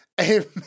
Amen